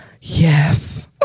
Yes